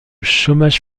chômage